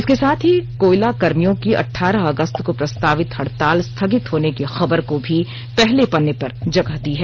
इसके साथ ही कोयलकर्मियों की अठारह अगस्त को प्रस्तावित हड़ताल स्थगित होने की खबर को भी पहले पन्ने पर जगह दी है